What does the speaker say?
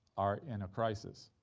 are in a crisis.